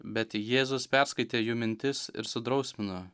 bet jėzus perskaitė jų mintis ir sudrausmino